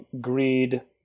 greed